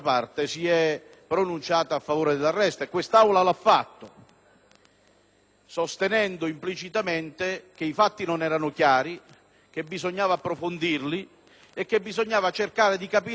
sostenendo implicitamente che i fatti non erano chiari, che bisognava approfondirli e cercare di capire quale fosse la responsabilità reale che il magistrato